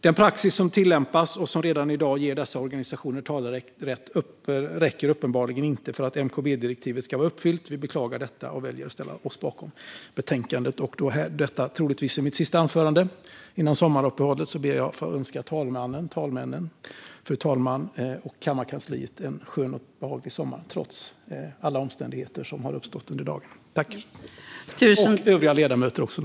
Den praxis som tillämpas och som redan i dag ger dessa organisationer talerätt räcker uppenbarligen inte för att MKB-direktivet ska anses uppfyllt. Vi beklagar detta och väljer att ställa oss bakom förslaget i betänkandet. Då detta troligtvis är mitt sista anförande före sommaruppehållet ber jag att få önska talmännen, kammarkansliet och naturligtvis övriga ledamöter en skön och behaglig sommar trots alla omständigheter som uppstått under dagen.